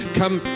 come